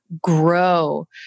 grow